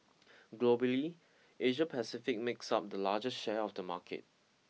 globally Asia Pacific makes up the largest share of the market